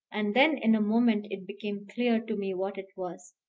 and then in a moment it became clear to me what it was.